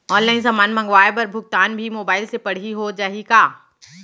Online समान मंगवाय बर भुगतान भी मोबाइल से पड़ही हो जाही का?